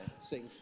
Sing